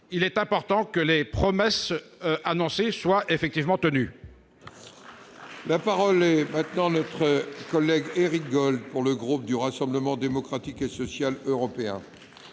Il est important que les promesses annoncées soient effectivement tenues. La parole est à M. Éric Gold, pour le groupe du Rassemblement Démocratique et Social Européen.